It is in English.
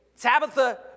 Tabitha